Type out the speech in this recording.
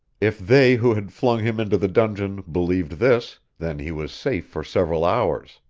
if they who had flung him into the dungeon believed this, then he was safe for several hours.